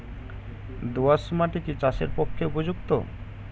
দোআঁশ মাটি কি চাষের পক্ষে উপযুক্ত?